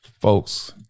Folks